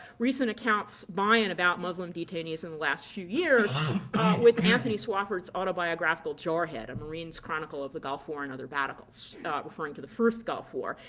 recent accounts by and about muslim detainees in the last few years with anthony swofford's autobiographical jarhead, a marine's chronicle of the gulf war and other battles referring to the first gulf war.